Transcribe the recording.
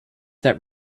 that